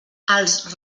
els